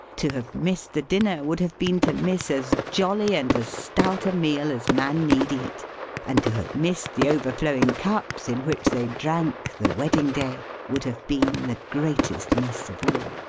to have missed the dinner would have been to miss as jolly and as stout a meal as man need eat and to have missed the overflowing cups in which they drank the wedding day, would have been the greatest miss of all.